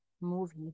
movie